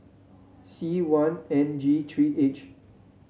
C one N G three H